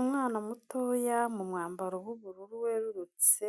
Umwana mutoya mu mwambaro w'ubururu werurutse,